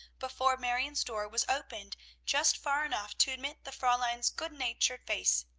before marion's door was opened just far enough to admit the fraulein's good-natured face.